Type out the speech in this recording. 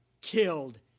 killed